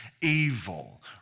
evil